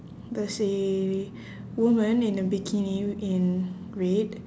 there's a woman in a bikini in red